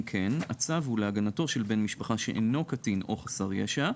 כן הצו הוא להגנתו של בן משפחה שאינו קטין או חסר ישע,